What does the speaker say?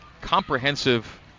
Comprehensive